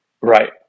Right